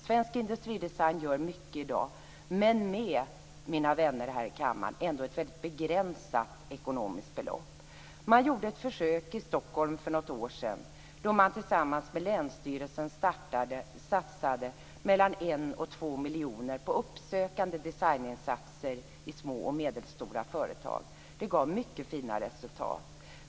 Svensk industridesign gör mycket i dag, mina vänner här i kammaren, men med ett väldigt begränsat ekonomiskt belopp. I Stockholm gjorde man för något år sedan ett försök då man tillsammans med länsstyrelsen satsade mellan 1 och 2 miljoner kronor på uppsökande designinsatser i små och medelstora företag. Det gav mycket fina resultat.